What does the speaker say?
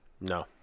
no